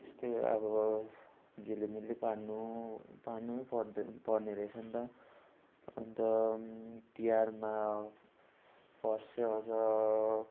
त्यस्तै अब झिलिमिली पार्नु हो पार्नु पर्दो पर्नेरहेछ नि त अन्त तिहारमा फर्स्ट चाहिँ आउँछ